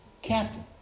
Captain